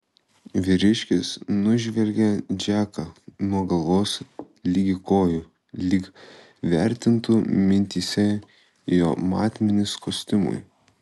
vyriškis nužvelgė džeką nuo galvos ligi kojų lyg vertintų mintyse jo matmenis kostiumui